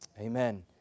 Amen